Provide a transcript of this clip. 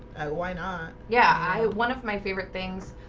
why not? yeah, i one of my favorite things